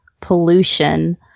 pollution